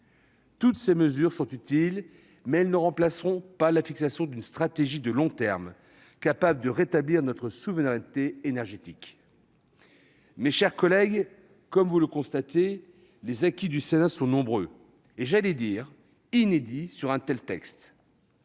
Toutes ces mesures sont utiles, mais elles ne remplaceront pas la mise en oeuvre d'une stratégie de long terme, seule capable de nous permettre de rétablir notre souveraineté énergétique. Mes chers collègues, comme vous le constatez, les acquis du Sénat sont nombreux, et j'allais dire inédits, sur un tel texte.